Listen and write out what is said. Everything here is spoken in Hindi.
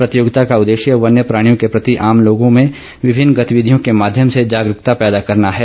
प्रतियोगिता का उद्देश्य वन्य प्राणियों के प्रति आम लोगों में विभिन्न गतिविधियों के माध्यम से जागरूकता पैदा करना है